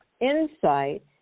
Insight